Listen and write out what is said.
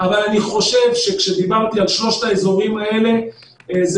אבל אני חושב שכשדיברתי על שלושת האזורים האלה זה